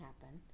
happen